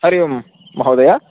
हरि ओम् महोदय